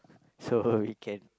so we can